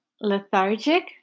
Lethargic